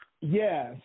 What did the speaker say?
Yes